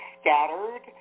scattered